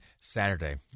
saturday